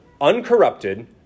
Uncorrupted